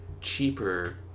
cheaper